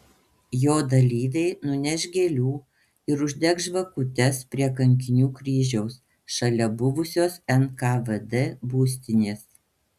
jo dalyviai nuneš gėlių ir uždegs žvakutes prie kankinių kryžiaus šalia buvusios nkvd būstinės